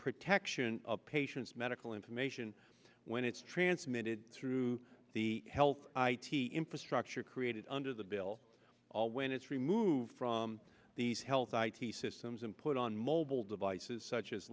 protection of a patient's medical information when it's transmitted through the help i t infrastructure created under the bill all when it's removed from these health i t systems and put on mobile devices such as